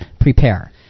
prepare